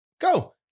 go